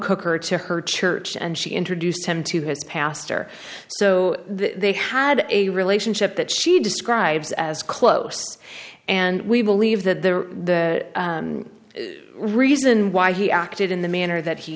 took her to her church and she introduced him to his pastor so they had a relationship that she describes as close and we believe that the reason why he acted in the manner that he